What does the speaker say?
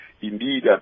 indeed